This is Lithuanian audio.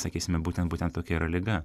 sakysime būtent būtent tokia yra liga